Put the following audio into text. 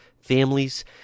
families